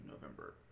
November